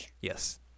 Yes